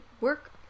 work